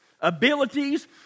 abilities